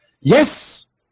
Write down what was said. yes